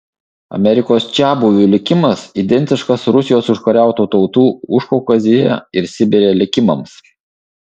amerikos čiabuvių likimas identiškas rusijos užkariautų tautų užkaukazėj ir sibire likimams